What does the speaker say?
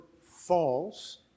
false